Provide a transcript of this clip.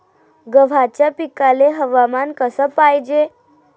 गव्हाच्या पिकाले हवामान कस पायजे?